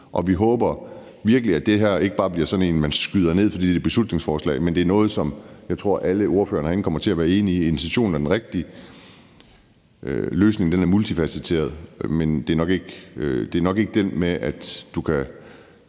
vi håber virkelig, at det her ikke bare bliver sådan en, man skyder ned, fordi det er et beslutningsforslag, men at det er noget, som jeg tror alle ordførerne herinde kommer til at være enige i. Intentionen er den rigtige, løsningen er multifacetteret, men det er nok ikke det med, at du kan